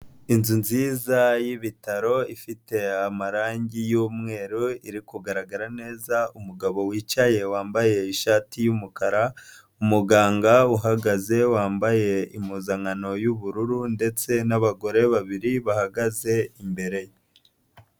Inzu nziza y'ibitaro ifite amarangi y'umweru iri kugaragara neza, umugabo wicaye wambaye ishati y'umukara, umuganga uhagaze wambaye impuzankano y'ubururu ndetse n'abagore babiri bahagaze imbere ye.